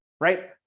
right